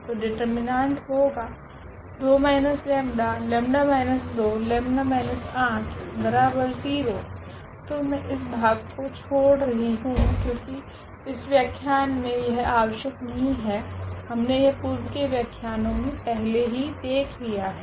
तो डिटर्मिनेंट होगा ⇒2−𝜆𝜆−2𝜆−80 तो मैं इस भाग को छोड़ रही हूँ क्योकि इस व्याख्यान मे यह आवश्यक नहीं है हमने यह पूर्व के व्याख्यानों मे पहले ही देख लिया है